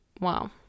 Wow